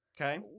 Okay